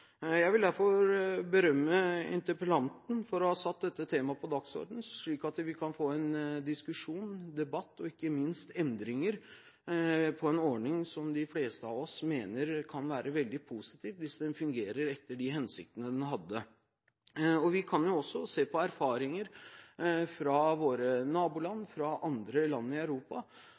Jeg vil derfor berømme interpellanten for å ha satt dette temaet på dagsordenen, slik at vi kan få en diskusjon, en debatt og ikke minst endringer i en ordning som de fleste av oss mener kan være veldig positiv hvis den fungerer etter de hensiktene den hadde. Vi kan også se på erfaringer fra våre naboland, fra andre land i Europa,